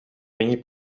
není